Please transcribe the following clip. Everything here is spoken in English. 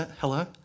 hello